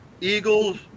Eagles